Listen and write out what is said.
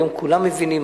היום כולם מבינים.